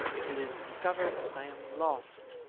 if it is discovered, i am lost